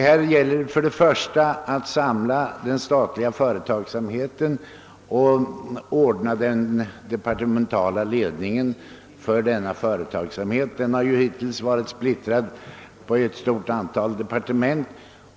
Det gäller först och främst att samla den statliga företagsamheten och att ordna den departementala ledningen för denna företagsamhet. Hittills har den varit splittrad på ett stort antal departement.